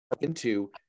into-